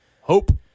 Hope